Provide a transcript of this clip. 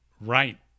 Right